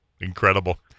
Incredible